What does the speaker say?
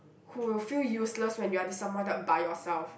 who will feel useless when you are disappointed by yourself